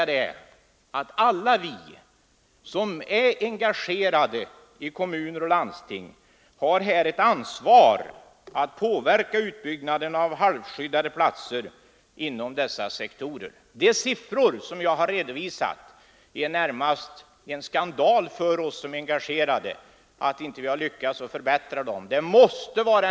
Alla vi som är engagerade i kommuner och landsting har ett ansvar för att påverka utbyggnaden av halvskyddade platser inom dessa sektorer. Det är närmast en skandal att vi inte har lyckats förbättra siffrorna.